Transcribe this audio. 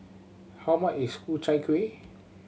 how much is Ku Chai Kuih